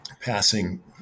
passing